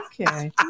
Okay